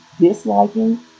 disliking